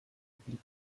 blieb